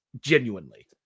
Genuinely